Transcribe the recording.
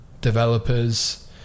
developers